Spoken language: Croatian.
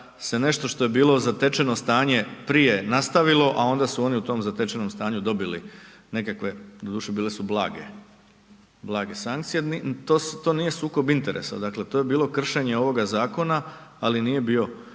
nešto što je bilo zatečeno stanje prije nastavilo a onda su oni u tom zatečenom stanju dobili nekakve, doduše bile su blage sankcije, to nije sukob interesa, dakle to je bilo kršenje ovoga zakona ali nije bio